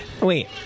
Wait